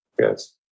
Yes